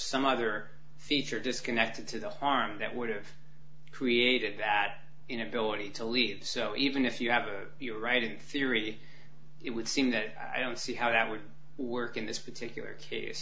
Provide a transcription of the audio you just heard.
some other feature disconnected to the harm that would have created that inability to leave so even if you have the right in theory it would seem that i don't see how that would work in this particular case